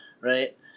Right